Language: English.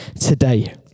today